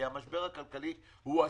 כי המשבר הכלכלי הוא עצום,